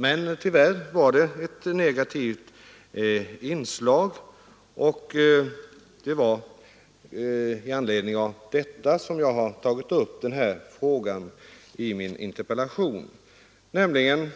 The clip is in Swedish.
Men tyvärr fanns det ett negativt inslag i beslutet — och det är det som gjort att jag nu har tagit upp frågan i min interpellation — nämligen